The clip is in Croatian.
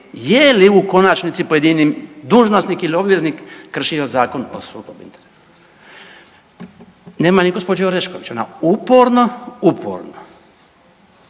je li u konačnici pojedini dužnosnik ili obveznik kršio Zakon o sudovima. Nema ni gospođe Orešković. Ona uporno, uporno